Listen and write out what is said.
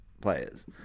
players